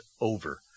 over